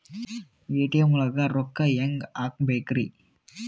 ATM ಒಳಗ್ ರೊಕ್ಕ ಹೆಂಗ್ ಹ್ಹಾಕ್ಬೇಕ್ರಿ?